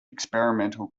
experimental